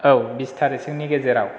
औ बिस थारिखसोनि गेजेराव